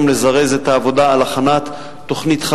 ארבע הצבעות כאלה של ועדת החוץ והביטחון.